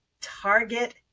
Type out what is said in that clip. target